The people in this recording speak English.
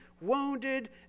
wounded